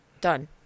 done